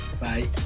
Bye